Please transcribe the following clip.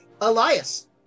Elias